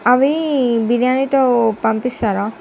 అవి బిర్యానీతో పంపిస్తారా